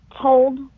told